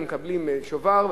היו מקבלים שובר,